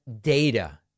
data